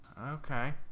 Okay